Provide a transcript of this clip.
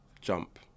jump